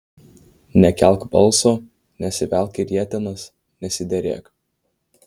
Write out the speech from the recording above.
nekelk balso nesivelk į rietenas nesiderėk